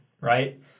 right